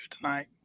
tonight